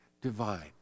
divine